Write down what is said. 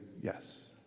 yes